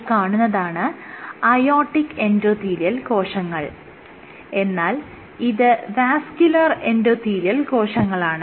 ഈ കാണുന്നതാണ് aortic endothelial കോശങ്ങൾ എന്നാൽ ഇത് വാസ്ക്ക്യുലർ എൻഡോതീലിയൽ കോശങ്ങളാണ്